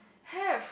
have